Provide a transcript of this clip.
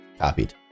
copied